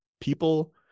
people